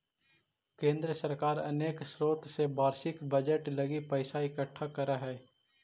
केंद्र सरकार अनेक स्रोत से वार्षिक बजट लगी पैसा इकट्ठा करऽ हई